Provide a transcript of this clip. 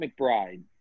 McBride